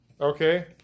Okay